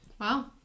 Wow